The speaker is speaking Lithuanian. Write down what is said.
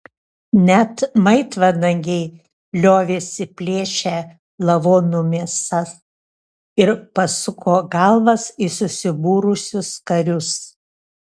net maitvanagiai liovėsi plėšę lavonų mėsas ir pasuko galvas į susibūrusius karius